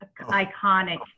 iconic